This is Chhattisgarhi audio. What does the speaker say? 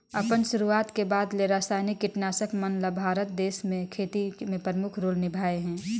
अपन शुरुआत के बाद ले रसायनिक कीटनाशक मन ल भारत देश म खेती में प्रमुख रोल निभाए हे